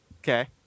Okay